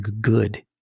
good